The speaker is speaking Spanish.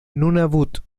nunavut